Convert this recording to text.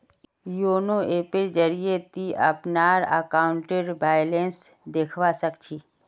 YONO ऐपेर जरिए ती अपनार अकाउंटेर बैलेंस देखवा सख छि